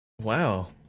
wow